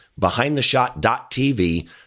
behindtheshot.tv